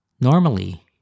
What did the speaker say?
Normally